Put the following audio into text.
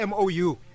MOU